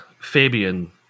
Fabian